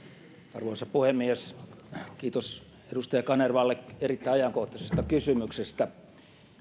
arvoisa puhemies kiitos edustaja kanervalle erittäin ajankohtaisesta kysymyksestä